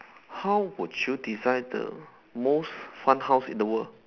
how would you design the most fun house in the world